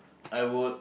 I would